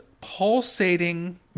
pulsating